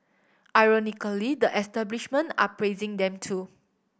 ironically the establishment are praising them too